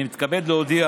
אני מתכבד להודיע